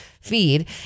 feed